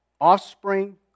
offspring